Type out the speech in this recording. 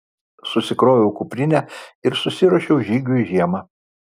susikroviau kuprinę ir susiruošiau žygiui žiemą